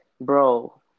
Bro